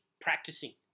practicing